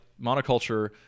monoculture